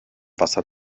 wasser